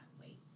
wait